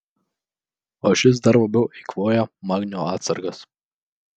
o šis dar labiau eikvoja magnio atsargas